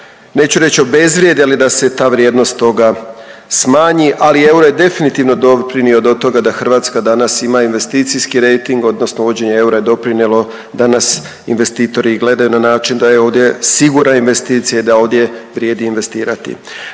neću reći obezvrijedi, ali da se ta vrijednost toga smanji, ali euro je definitivno doprinio do toga da Hrvatska danas ima investicijski rejting odnosno uvođenje eura je doprinijelo da nas investitori gledaju na način, da je ovdje sigurna investicija i da ovdje vrijedi investirati.